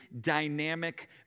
dynamic